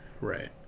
Right